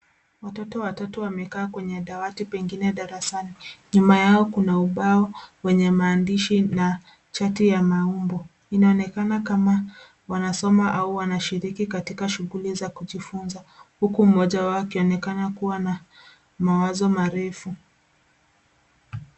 Watoto watatu wamekaa kwenye dawati pengine darasani. Nyuma yao kuna ubao wenye maandishi na chati ya maumbo. Inaonekana kama wanasoma au wanashiriki katika shughuli za kujifunza huku mmoja wao akionekana kuwa na mawazo marefu.